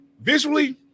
Visually